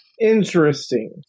Interesting